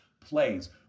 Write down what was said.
plays